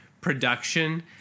production